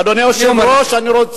אדוני היושב-ראש, אני אומר לכם.